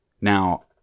Now